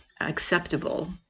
acceptable